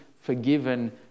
forgiven